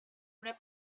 una